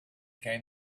came